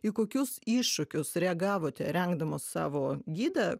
į kokius iššūkius reagavote rengdamos savo gidą